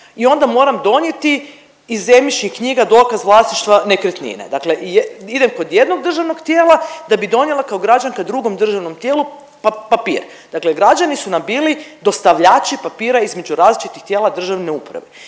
i onda moram donijeti iz zemljišnih knjiga dokaz vlasništva nekretnine. Dakle, idem kod jednog državnog tijela da bi donijela kao građanka drugom državnom tijelu papir, dakle građani su nam bili dostavljači papira između različitih tijela državne uprave.